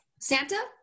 Santa